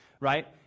right